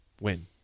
win